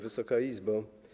Wysoka Izbo!